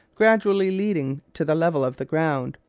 gradually leading to the level of the ground,